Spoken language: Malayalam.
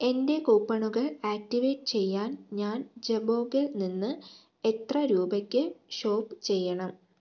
എൻ്റെ കൂപ്പണുകൾ ആക്ടിവേറ്റ് ചെയ്യാൻ ഞാൻ ജബോംഗിൽ നിന്ന് എത്ര രൂപയ്ക്ക് ഷോപ്പ് ചെയ്യണം